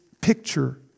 picture